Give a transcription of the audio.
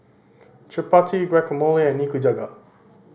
Chapati Guacamole and Nikujaga